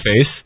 face